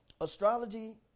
Astrology